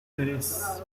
tres